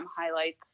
highlights